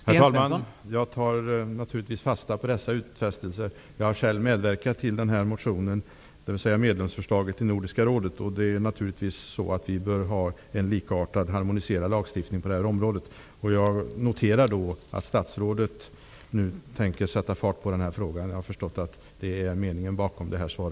Herr talman! Jag tar naturligtvis fasta på dessa utfästelser. Jag har själv medverkat till medlemsförslaget i Nordiska rådet. Vi bör naturligtvis ha en likartad, harmoniserad lagstiftning på det här området. Jag noterar att statsrådet nu tänker sätta fart i den här frågan -- jag har förstått att det är meningen bakom detta svar.